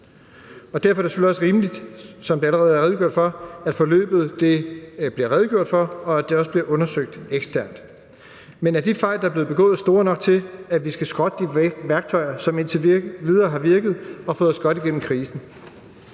derfor er det selvfølgelig også rimeligt, som der allerede er redegjort for, at der bliver redegjort for forløbet, og at det også bliver undersøgt eksternt. Men er de fejl, der er blevet begået, store nok til, at vi skal skrotte de værktøjer, som indtil videre har virket og fået os godt igennem krisen?